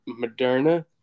Moderna